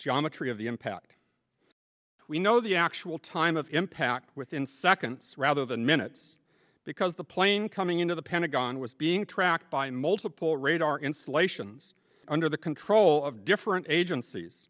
geometry of the impact we know the actual time of impact within seconds rather than minutes because the plane coming into the pentagon was being tracked by multiple radar installations under the control of different agencies